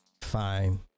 Fine